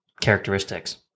characteristics